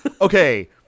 Okay